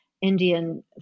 Indian